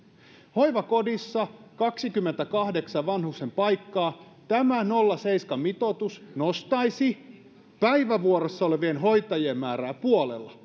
hoivakodissa kaksikymmentäkahdeksan vanhustenpaikkaa tämä nolla pilkku seitsemän mitoitus nostaisi päivävuorossa olevien hoitajien määrää puolella